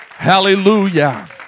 Hallelujah